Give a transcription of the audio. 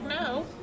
no